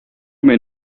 may